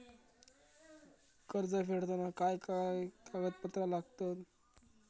कर्ज फेडताना काय काय कागदपत्रा लागतात?